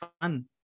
fun